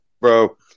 bro